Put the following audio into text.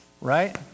right